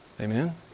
Amen